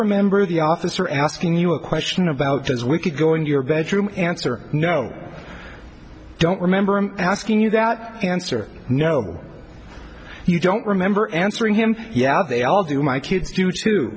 remember the officer asking you a question about as we could go in your bedroom answer no i don't remember asking you that answer no you don't remember answering him yeah they all do my kids do t